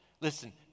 Listen